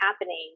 happening